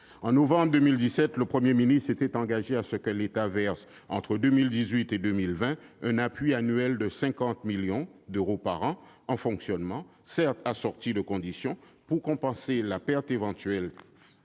de novembre 2017, le Premier ministre s'était engagé à ce que l'État verse entre 2018 et 2020 un appui annuel de 50 millions d'euros par an en fonctionnement, certes assorti de conditions, pour compenser les pertes éventuelles